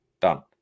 Done